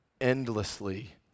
endlessly